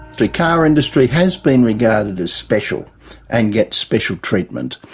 the car industry has been regarded as special and gets special treatment.